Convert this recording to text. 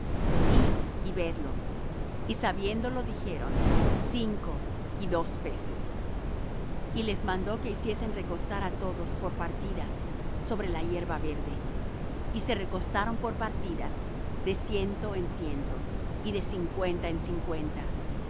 id y vedlo y sabiéndolo dijeron cinco y dos peces y les mandó que hiciesen recostar á todos por partidas sobre la hierba verde y se recostaron por partidas de ciento en ciento y de cincuenta en cincuenta